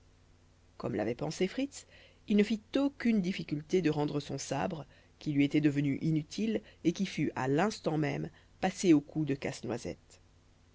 comme l'avait pensé fritz il ne fit aucune difficulté de rendre son sabre qui lui était devenu inutile et qui fut à l'instant même passé au cou de casse-noisette